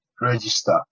register